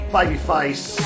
Babyface